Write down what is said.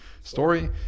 story